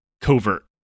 covert